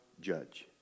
judge